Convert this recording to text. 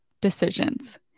decisions